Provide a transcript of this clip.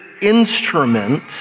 instrument